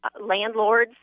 landlords